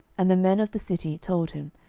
and the men of the city told him,